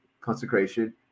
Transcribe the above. consecration